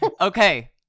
Okay